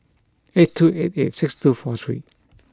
eight two eight eight six two four three